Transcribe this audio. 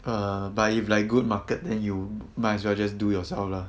err but if like good market then you might as well just do yourself lah